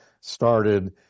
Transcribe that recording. started